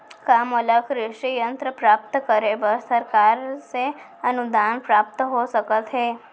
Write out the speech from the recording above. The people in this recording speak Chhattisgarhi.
का मोला कृषि यंत्र प्राप्त करे बर सरकार से अनुदान प्राप्त हो सकत हे?